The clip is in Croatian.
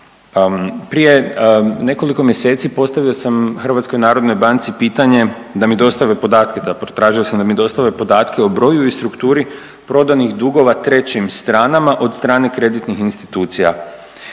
Prije nekoliko mjeseci postavio sam HNB-u pitanje da mi dostave podatke zapravo tražio sam da mi dostave podatke o broju i strukturi prodanih dugova trećim stranama od strane kreditnih institucija.